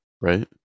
Right